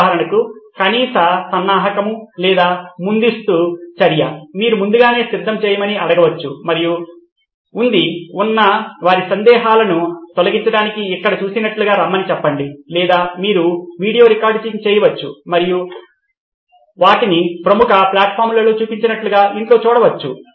ఉదాహరణకు కనీస సన్నాహకము లేదా ముందస్తు చర్య మీరు ముందుగానే సిద్ధం చేయమని అడగవచ్చు మరియు అంది ఉన్న వారి సందేహాలను తొలగించడానికి ఇక్కడ చూసినట్లుగా రమ్మని చెప్పవచ్చు లేదా మీరు వీడియో రికార్డింగ్ చేయవచ్చు మరియు మీరు వాటిని ప్రముఖ ప్లాట్ఫామ్లలో చూపినట్లుగా ఇంట్లో చూడవచ్చు